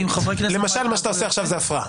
אם חבר כנסת --- למשל מה שאתה עושה עכשיו זו הפרעה.